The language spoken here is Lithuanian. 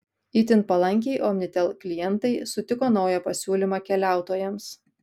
itin palankiai omnitel klientai sutiko naują pasiūlymą keliautojams